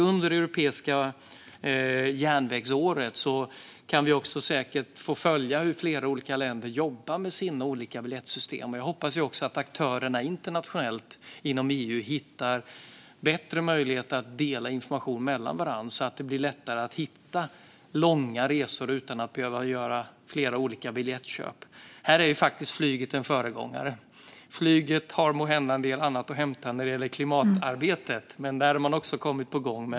Under europeiska järnvägsåret kan vi säkert få följa hur flera olika länder jobbar med sina olika biljettsystem. Jag hoppas att aktörerna internationellt inom EU hittar bättre möjligheter att dela information mellan varandra så att det blir lättare att hitta långa resor utan att behöva göra flera olika biljettköp. Här är flyget en föregångare. Flyget har måhända en del annat att hämta när det gäller klimatarbetet. Men där har man också kommit igång.